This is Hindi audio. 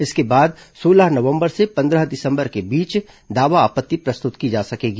इसके बाद सोलह नवंबर से पंद्रह दिसंबर के बीच दावा आपत्ति प्रस्तुत की जा सकेगी